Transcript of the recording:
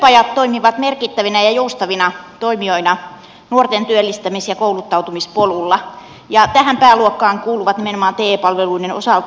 työpajat toimivat merkittävinä ja joustavina toimijoina nuorten työllistämis ja kouluttautumispolulla ja kuuluvat tähän pääluokkaan nimenomaan te palveluiden osalta